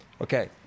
Okay